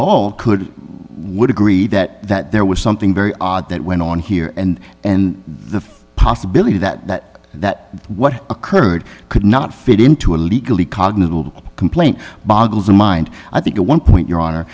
all could would agree that that there was something very odd that went on here and and the possibility that that what occurred could not fit into a legally cognizable complaint boggles the mind i think at one point your honor